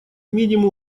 минимум